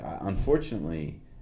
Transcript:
Unfortunately